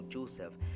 Joseph